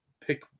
pick